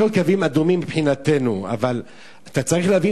צריכים להיות קווים אדומים מבחינתנו.